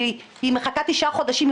כי היא מחכה תשעה חודשים,